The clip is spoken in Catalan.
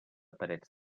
parets